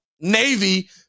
Navy